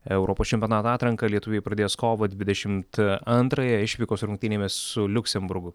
europos čempionato atranką lietuviai pradės kovo dvidešimt antrąją išvykos rungtynėmis su liuksemburgu